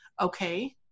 okay